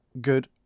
Good